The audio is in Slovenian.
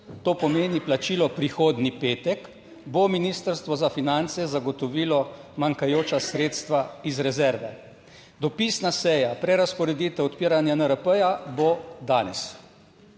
to pomeni plačilo prihodnji petek, bo ministrstvo za Finance zagotovilo manjkajoča sredstva iz rezerve. Dopisna seja, prerazporeditev odpiranja NRP bo danes.